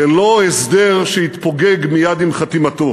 ולא הסדר שיתפוגג מייד עם חתימתו.